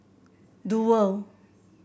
Duo